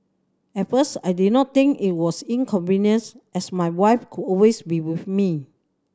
at first I did not think it was inconvenience as my wife could always be with me